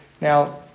now